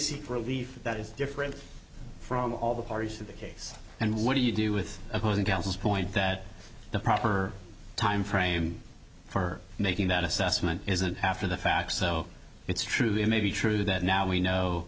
seek relief that is different from all the parties to the case and what do you do with opposing counsel point that the proper timeframe for making that assessment is an after the fact so it's true they may be true that now we know